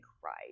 cried